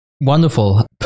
Wonderful